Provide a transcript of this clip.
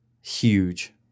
huge